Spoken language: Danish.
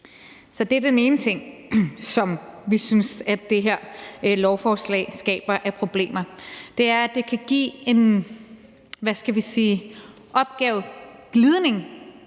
Det er den ene ting, som vi synes det her lovforslag skaber af problemer, altså at det kan give – hvad